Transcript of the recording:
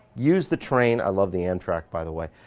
use the train. i love the amtrak by the way,